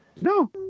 No